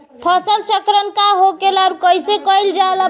फसल चक्रण का होखेला और कईसे कईल जाला?